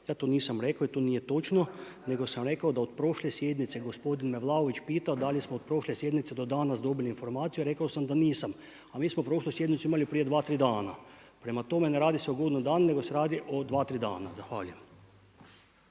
ja to nisam rekao i to nije točno nego sam rekao da od prošle sjednice, gospodin Vlaović me pitao da li smo od prošle sjednice do danas dobili informaciju, a rekao sam da nisam. A mi smo prošlu sjednicu imali prije dva, tri dana. Prema tome, ne radi se o godinu dana nego se radi o dva, tri dana. Zahvaljujem.